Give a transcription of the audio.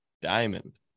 Diamond